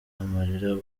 amarira